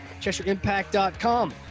CheshireImpact.com